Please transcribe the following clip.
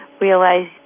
realize